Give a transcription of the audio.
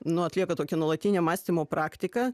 nu atlieka tokį nuolatinio mąstymo praktiką